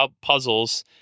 puzzles